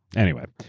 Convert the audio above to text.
anyway,